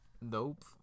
Nope